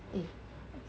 eh